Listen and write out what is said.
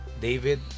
David